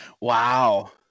Wow